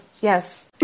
yes